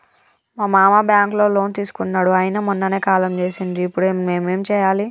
మా మామ బ్యాంక్ లో లోన్ తీసుకున్నడు అయిన మొన్ననే కాలం చేసిండు ఇప్పుడు మేం ఏం చేయాలి?